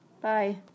Bye